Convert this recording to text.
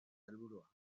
helburua